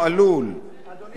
לבזות אדם בשל מעשים,